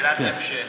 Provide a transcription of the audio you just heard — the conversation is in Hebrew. שאלת המשך.